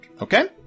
okay